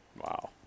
Wow